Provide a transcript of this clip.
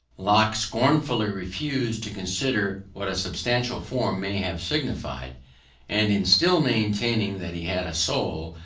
locke scornfully refused to consider what a substantial form may have signified and in still maintaining that he had a soul,